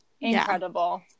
incredible